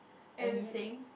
and he saying